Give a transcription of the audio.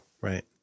Right